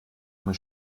muss